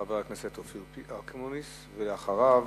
חבר הכנסת אופיר אקוניס, ואחריו,